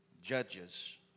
Judges